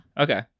Okay